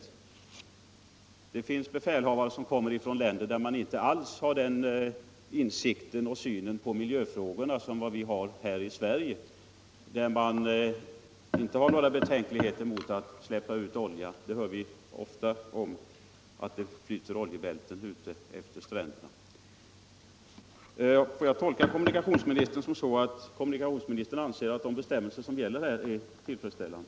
Det är kanske fråga om befälhavare som kommer från länder där man inte alls har den insikten i och synen på miljövården som vi har här i Sverige och som inte hyser samma betänkligheter som vi gör mot att orsaka vattenförorening. Får jag verkligen tolka kommunikationsministern så att han anser att de bestämmelser som nu gäller är tillfredsställande?